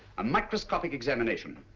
a microscopic examination,